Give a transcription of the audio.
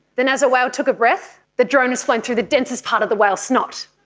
then as a whale took a breath, the drone was flown through the densest part of the whale's snot.